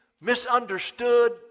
misunderstood